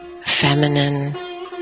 feminine